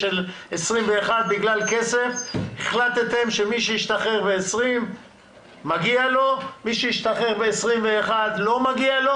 בגלל כסף החלטתם שמגיע למי שמשתחרר ב-2020 ולמי שמשתחרר ב-2021 לא מגיע,